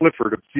Clifford